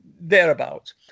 thereabouts